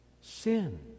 Sin